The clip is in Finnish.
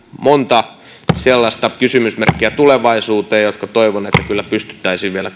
monta kysymysmerkkiä tulevaisuuteen joista kyllä toivon että ne pystyttäisiin vielä